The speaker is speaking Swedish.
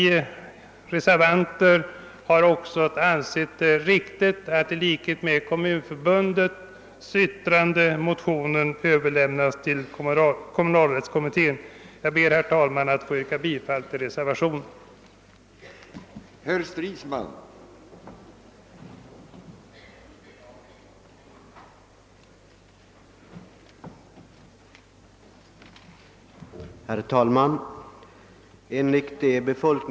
Vi reservanter har också ansett det riktigt att i likhet med Kommunförbundets förslag motionen överlämnas till kommunalrättskommittén. Jag ber, herr talman, att få yrka bifall till reservationen 1.